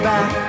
Back